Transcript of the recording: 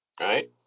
right